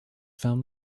found